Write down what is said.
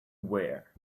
wear